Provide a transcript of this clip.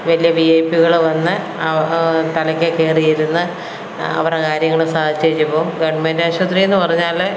വലിയ വി ഐ പ്പികൾ വന്നു തലക്ക് കയറി ഇരുന്ന് അവരുടെ കാര്യങ്ങൾ സാധിച്ചേച്ച് പോവും ഗവൺമെൻ്റ് ആശുപത്രി എന്ന് പറഞ്ഞാൽ